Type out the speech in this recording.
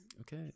Okay